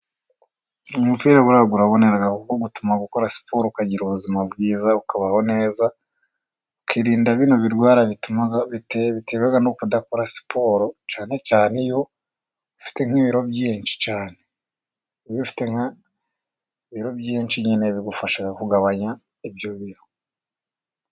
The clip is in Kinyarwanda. Umupira buriya urabonera, utuma ukora siporo ukagira ubuzima bwiza, ukabaho neza, ukirinda bino birwara biterwa no kudakora siporo, cyane cyane iyo ufite nk'ibiro byinshi cyane. Iyo ufite ibiro byinshi nyine bigufasha kugabanya ibyo biro.